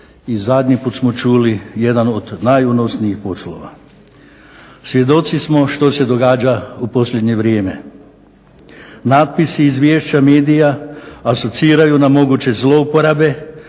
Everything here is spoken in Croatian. i zadnji put smo čuli jedan od najunosnijih poslova. Svjedoci smo što se događa u posljednje vrijeme. Natpisi, izvješća medija asociraju na moguće zlouporabe,